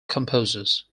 composers